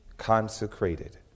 consecrated